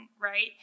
right